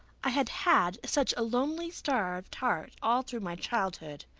i had had such a lonely, starved heart all through my childhood.